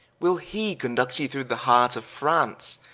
will he conduct you through the heart of france,